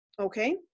okay